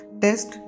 test